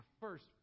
first